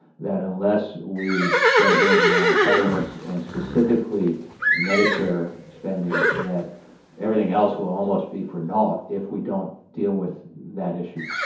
unless we get our hands around entitlements and specifically medicare spending, that everything else will almost be for naught if we don't deal with that issue?